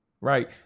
right